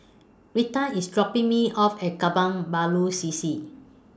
Reatha IS dropping Me off At Kebun Baru C C